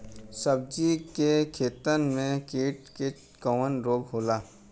सब्जी के खेतन में कीट से कवन रोग होला?